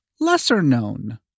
lesser-known